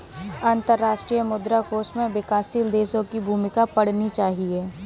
अंतर्राष्ट्रीय मुद्रा कोष में विकासशील देशों की भूमिका पढ़नी चाहिए